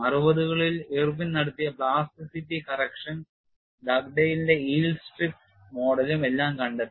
അറുപതുകളിൽ Irwin നടത്തിയ plasticity correction ഡഗ്ഡെയ്ലിന്റെ yield strip മോഡലും എല്ലാം കണ്ടെത്തി